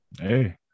Hey